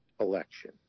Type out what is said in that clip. election